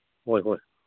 ꯍꯣꯏ ꯍꯣꯏ